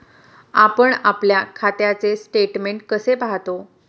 आपण आपल्या खात्याचे स्टेटमेंट कसे पाहतो?